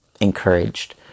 encouraged